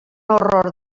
horror